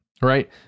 right